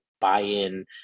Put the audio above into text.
buy-in